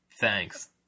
Thanks